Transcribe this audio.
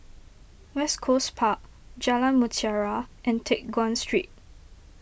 West Coast Park Jalan Mutiara and Teck Guan Street